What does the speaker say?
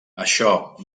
això